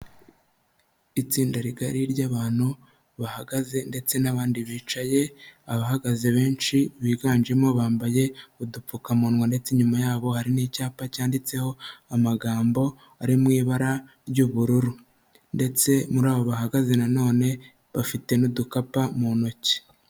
Itsinda rigari ry'abantu bahagaze ndetse n'abandi bicaye, abahagaze benshi biganjemo bambaye udupfukamunwa ndetse inyuma yabo hari n'icyapa cyanditseho amagambo ari mu ibara ry'ubururu ndetse muri abo bahagaze na none bafite n'udukapa mu ntoki.